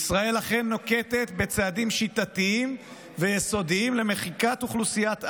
"ישראל אכן נוקטת צעדים שיטתיים ויסודיים למחיקת אוכלוסיית עזה,